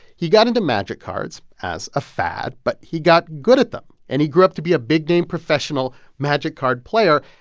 he got into magic cards as a fad, but he got good at them. and he grew up to be a big-name professional magic card player.